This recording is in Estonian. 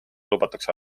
lubatakse